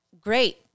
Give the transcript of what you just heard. great